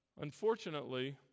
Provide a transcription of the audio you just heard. unfortunately